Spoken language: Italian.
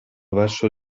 verso